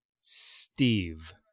Steve